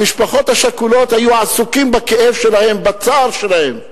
המשפחות השכולות היו עסוקות בכאב שלהן, בצער שלהן.